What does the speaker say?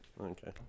Okay